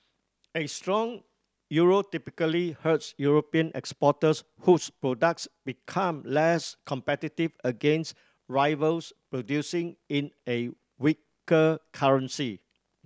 a strong euro typically hurts European exporters whose products become less competitive against rivals producing in a weaker currency